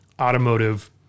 automotive